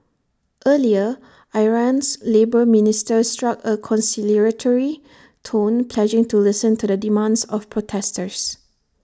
earlier Iran's labour minister struck A conciliatory tone pledging to listen to the demands of protesters